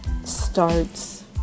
starts